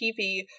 TV